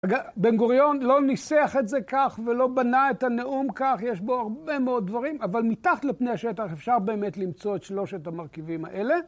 אגב, בן-גוריון לא ניסח את זה כך ולא בנה את הנאום כך, יש בו הרבה מאוד דברים, אבל מתחת לפני השטח אפשר באמת למצוא את שלושת המרכיבים האלה.